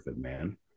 man